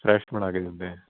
fresh ਬਣਾ ਕੇ ਦਿੰਦੇ